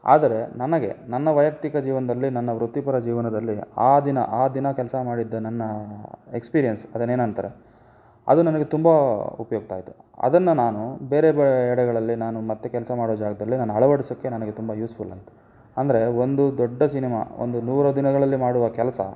ಆದರೆ ನನಗೆ ನನ್ನ ವೈಯಕ್ತಿಕ ಜೀವನದಲ್ಲಿ ನನ್ನ ವೃತ್ತಿಪರ ಜೀವನದಲ್ಲಿ ಆ ದಿನ ಆ ದಿನ ಕೆಲಸ ಮಾಡಿದ್ದ ನನ್ನ ಎಕ್ಸ್ಪೀರ್ಯೆನ್ಸ್ ಅದನ್ನು ಏನಂತಾರೆ ಅದು ನನಗೆ ತುಂಬ ಉಪಯುಕ್ತ ಆಯಿತು ಅದನ್ನು ನಾನು ಬೇರೆ ಬೇರೆಡೆಗಳಲ್ಲಿ ನಾನು ಮತ್ತೆ ಕೆಲಸ ಮಾಡೋ ಜಾಗದಲ್ಲಿ ನಾನು ಅಳವಡ್ಸೋಕ್ಕೆ ನನಗೆ ತುಂಬ ಯೂಸ್ಫುಲ್ ಆಯಿತು ಅಂದರೆ ಒಂದು ದೊಡ್ಡ ಸಿನೆಮಾ ಒಂದು ನೂರು ದಿನಗಳಲ್ಲಿ ಮಾಡುವ ಕೆಲಸ